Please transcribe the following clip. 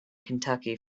kentucky